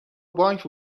بانک